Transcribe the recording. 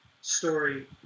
story